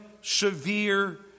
severe